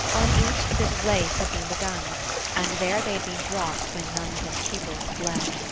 on each a bit of lace had been begun and there they had been dropped when nuns and pupils fled.